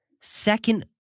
Second